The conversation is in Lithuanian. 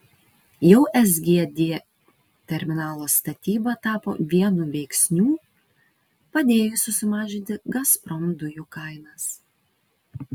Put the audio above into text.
jau sgd terminalo statyba tapo vienu veiksnių padėjusių sumažinti gazprom dujų kainas